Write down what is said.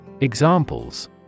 Examples